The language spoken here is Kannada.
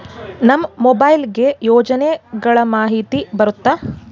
ನಮ್ ಮೊಬೈಲ್ ಗೆ ಯೋಜನೆ ಗಳಮಾಹಿತಿ ಬರುತ್ತ?